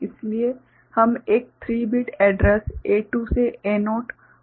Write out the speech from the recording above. इसलिए हम एक 3 बिट एड्रेस A2 से A0 और 3 बिट डेटा मानते हैं